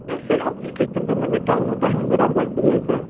नहीं sir application तो मैंने टाइम टू टाइम बराबर दी है सर